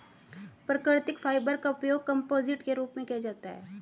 प्राकृतिक फाइबर का उपयोग कंपोजिट के रूप में भी किया जाता है